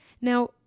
Now